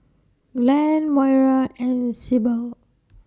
Glenn Moira and Syble